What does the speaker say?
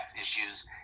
issues